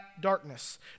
darkness